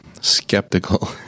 skeptical